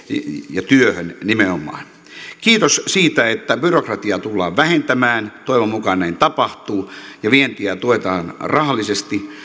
ja nimenomaan työhön kiitos siitä että byrokratiaa tullaan vähentämään toivon mukaan näin tapahtuu ja vientiä tuetaan rahallisesti